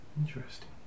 interesting